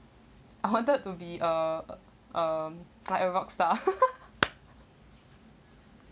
I wanted to be a um like a rock star